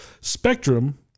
Spectrum